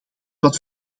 wat